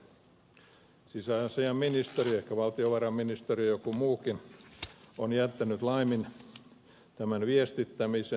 sisäasiainministeriö ehkä valtiovarainministeriö ja joku muukin on lyönyt laimin tämän viestittämisen